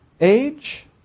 age